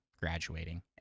graduating